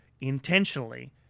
intentionally